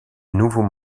nouveaux